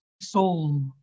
soul